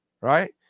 Right